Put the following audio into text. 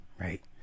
right